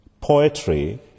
poetry